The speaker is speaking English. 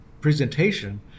presentation